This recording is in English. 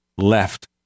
left